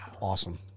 Awesome